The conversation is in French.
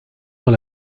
dans